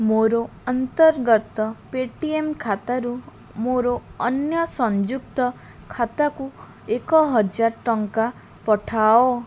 ମୋର ଅନ୍ତର୍ଗତ ପେଟିଏମ୍ ଖାତାରୁ ମୋର ଅନ୍ୟ ସଂଯୁକ୍ତ ଖାତାକୁ ଏକହଜାର ଟଙ୍କା ପଠାଅ